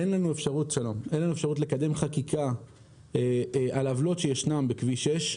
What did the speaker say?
ואין לנו אפשרות לקדם חקיקה על עוולות שישנן בכביש 6,